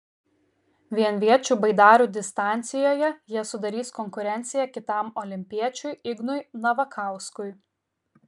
vienviečių baidarių distancijoje jie sudarys konkurenciją kitam olimpiečiui ignui navakauskui